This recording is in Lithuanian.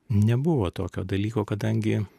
nebuvo tokio dalyko kadangi